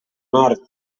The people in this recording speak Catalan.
nord